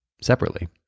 Separately